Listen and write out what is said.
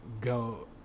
go